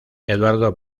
eduardo